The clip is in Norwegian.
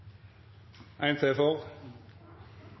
en settepresident for